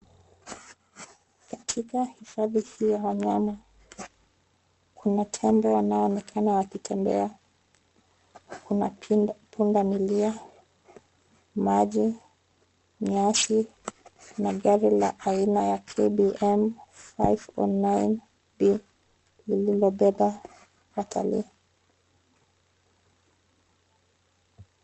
Katika hifadhi hii ya wanyama, kuna tembo wanaoonekana wakitembea. Kuna pundamilia, maji, nyasi na gari la aina ya KBM 509B lililobeba watalii.